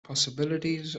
possibilities